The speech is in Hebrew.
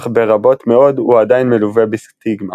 אך ברבות מאוד הוא עדיין מלווה בסטיגמה.